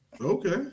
Okay